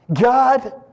God